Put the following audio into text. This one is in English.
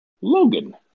Logan